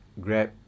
Grab